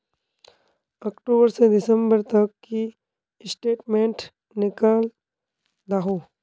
अक्टूबर से दिसंबर तक की स्टेटमेंट निकल दाहू?